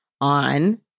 on